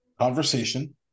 conversation